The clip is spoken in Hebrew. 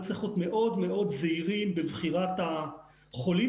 צריך להיות מאוד זהירים בבחירת החולים